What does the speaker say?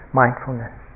mindfulness